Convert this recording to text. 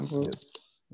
Yes